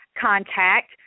contact